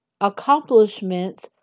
accomplishments